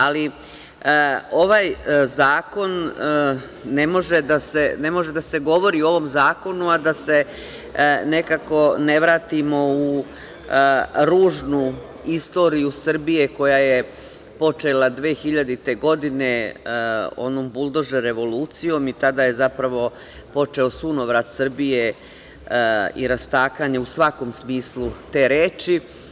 Ali, ne može da se govori o ovom zakonu, a da se nekako ne vratimo u ružnu istoriju Srbije koja je počela 2000. godine onom buldožer revolucijom i tada je zapravo počeo sunovrat Srbije i rastakanje u svakom smislu te reči.